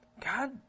God